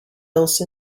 else